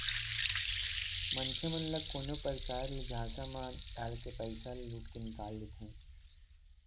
मनखे मन ल कोनो परकार ले झांसा म डालके पइसा लुट के निकाल लेथें